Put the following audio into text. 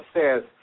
says